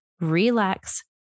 relax